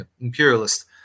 imperialist